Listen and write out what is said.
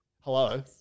hello